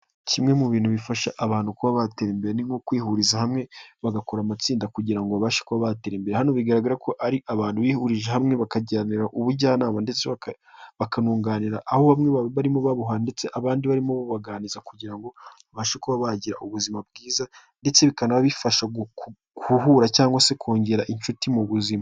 Kimwe mu bintu bifasha abantu kuba batera imbere, ni nko kwihuriza hamwe bagakora amatsinda kugira ngo babashe kuba batera imbere, hano bigaragara ko ari abantu bihurije hamwe bakagirana ubujyanama ndetse bakanunganira, aho bamwe barimo babuha ndetse abandi barimo baganiriza kugira ngo babashe kuba bagira ubuzima bwiza, ndetse bikanabafasha guhura cyangwa se kongera inshuti mu buzima.